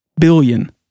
billion